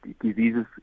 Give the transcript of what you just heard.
diseases